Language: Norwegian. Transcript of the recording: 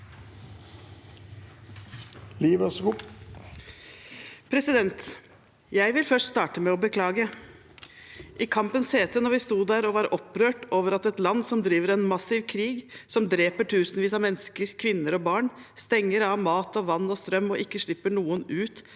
Jeg vil først starte med å beklage. I kampens hete, da vi sto der og var opprørt over at et land som driver en massiv krig, som dreper tusenvis av mennesker – kvinner og barn – og som stenger av mat, vann og strøm og ikke slipper noen ut